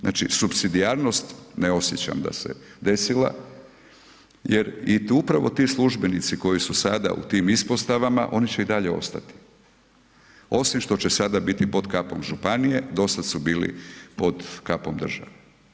Znači supsidijarnost ne osjećam da se desila jer i upravo ti službenici koji su sada u tim ispostavama oni će i dalje ostati, osim što će sada biti pod kapom županije, do sada su bili pod kapom države.